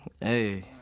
Hey